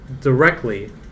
Directly